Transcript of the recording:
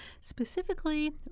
specifically